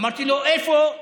אמרתי לו: איפה?